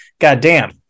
goddamn